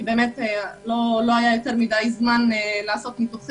קשה לאמוד את הסכומים שהשוק האפור מכר לבעלי עסקים בתקופה הזו,